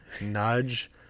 nudge